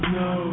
no